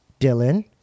Dylan